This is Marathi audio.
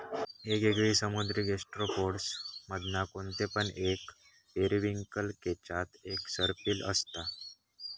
येगयेगळे समुद्री गैस्ट्रोपोड्स मधना कोणते पण एक पेरिविंकल केच्यात एक सर्पिल असता